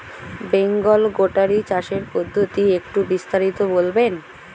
বেঙ্গল গোটারি চাষের পদ্ধতি একটু বিস্তারিত বলবেন?